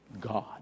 God